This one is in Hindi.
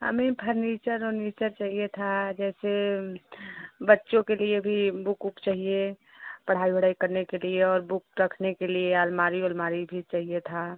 हमें फर्नीचर ओर्नीचर चाहिए था जैसे बच्चों के लिए भी बुक उक चाहिए पढ़ाई वढ़ाई करने के लिए और बुक रखने के लिए अलमारी ओलमारी भी चाहिए था